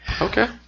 Okay